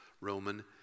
Roman